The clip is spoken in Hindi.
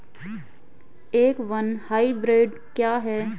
एफ वन हाइब्रिड क्या है?